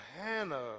Hannah